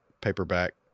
paperback